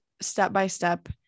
step-by-step